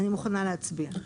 אני מוכנה להצביע.